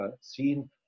seen